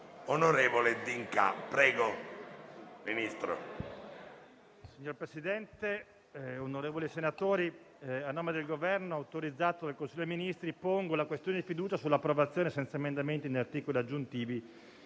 con il Parlamento*. Signor Presidente, onorevoli senatori, a nome del Governo, autorizzato dal Consiglio dei ministri, pongo la questione di fiducia sull'approvazione senza emendamenti né articoli aggiuntivi